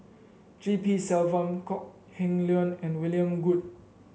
G P Selvam Kok Heng Leun and William Goode